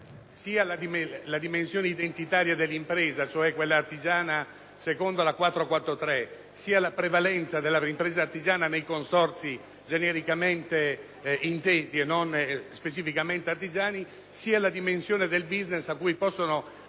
la dimensione identitaria dell'impresa (cioè quella artigiana, secondo la legge 8 agosto 1985, n. 443), con la prevalenza dell'impresa artigiana nei consorzi genericamente intesi e non specificamente artigiani, e la dimensione del *business* a cui possono